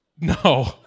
No